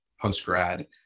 post-grad